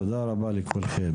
תודה רבה לכולכם.